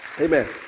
Amen